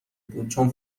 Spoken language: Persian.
بود، چون